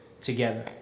together